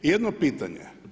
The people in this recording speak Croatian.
Jedno pitanje.